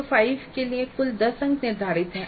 CO5 के लिए कुल 10 अंक निर्धारित हैं